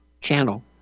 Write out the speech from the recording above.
channel